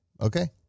Okay